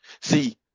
see